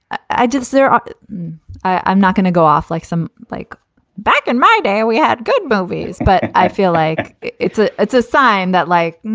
i just they're i'm not going to go off like some like back in my day we had good movies, but i feel like it's a it's a sign that like.